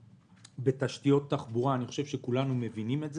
תשתיות תחבורה כולנו מבינים את זה.